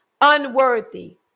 unworthy